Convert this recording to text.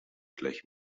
gleich